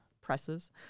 Presses